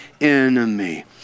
enemy